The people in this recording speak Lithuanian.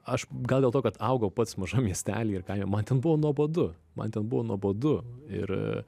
aš gal dėl to kad augau pats mažam miestely ir ką jie man ten buvo nuobodu man ten buvo nuobodu ir